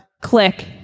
Click